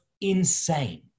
insane